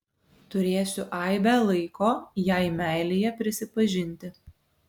turėsiu aibę laiko jai meilėje prisipažinti